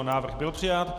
Návrh byl přijat.